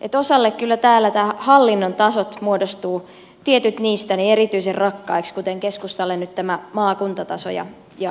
että osalle kyllä täällä nämä hallinnontasot muodostuvat tietyt niistä erityisen rakkaiksi kuten keskustalle nyt tämä maakuntataso ja aluehallintotaso